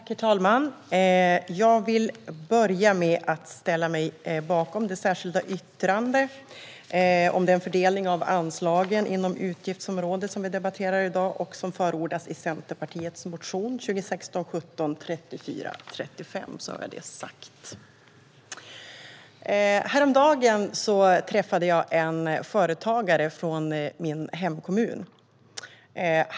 Herr talman! Jag vill börja med att ställa mig bakom förslaget om ett särskilt yttrande om den fördelning av anslagen inom utgiftsområdet som vi debatterar i dag och som förordas i Centerpartiets motion 2016/17:3435. Häromdagen träffade jag en företagare från min hemkommun.